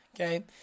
okay